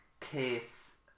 case